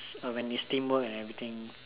uh when is teamwork and everything